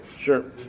Sure